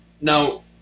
Now